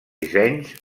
dissenys